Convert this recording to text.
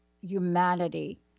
humanity